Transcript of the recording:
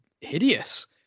hideous